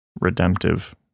redemptive